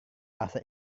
bahasa